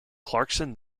clarkson